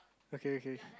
okay okay